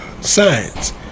science